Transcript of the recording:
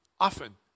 often